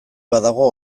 badago